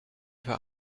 für